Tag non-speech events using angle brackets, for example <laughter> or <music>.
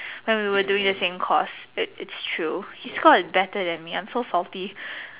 when we were doing the same course <noise> it it's true his score is better than me I am so salty